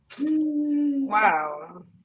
Wow